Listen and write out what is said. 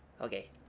Okay